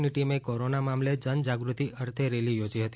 ની ટીમે કોરોનાના મામલે જનજાગૃતિ અર્થ રેલી યોજી હતી